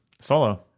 Solo